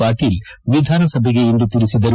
ಪಾಟೀಲ್ ವಿಧಾನಸಭೆಗಿಂದು ತಿಳಿಸಿದರು